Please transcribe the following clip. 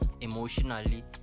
emotionally